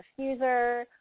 diffuser